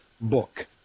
book